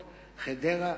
חדרה,